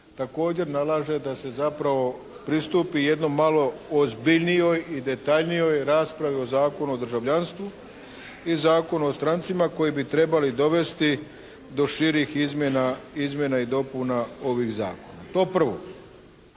također nalaže da se zapravo pristupi jednoj malo ozbiljnijoj i detaljnijoj raspravi o Zakonu o državljanstvu i Zakonu o strancima koji bi trebali dovesti do širih izmjena, izmjena i dopuna ovih zakona. To prvo.